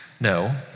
No